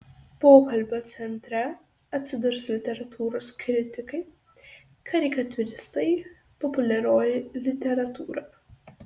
pokalbio centre atsidurs literatūros kritikai karikatūristai populiarioji literatūra